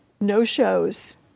no-shows